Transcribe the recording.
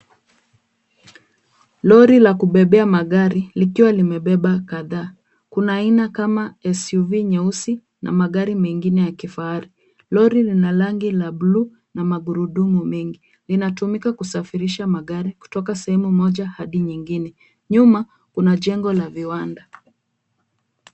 Lori la kubebea magari likiwa limebeba kadha, kuna aina kama SUV nyeusi na magari mengine ya kifahari, lori lina rangi ya bluuu na magurudumu mengi, linatumika kusafirisha magari kutoka sehemu moja hadi nyingine, nyuma kuna jengo la viwanda.